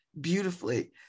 beautifully